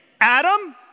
Adam